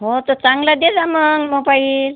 हो तर चांगला दे मग मोबाईल